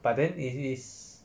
but then it is